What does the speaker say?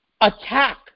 attack